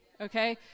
Okay